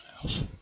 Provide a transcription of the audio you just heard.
house